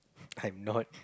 I'm not